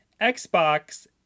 Xbox